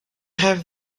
have